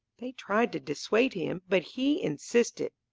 they tried to dissuade him, but he insisted.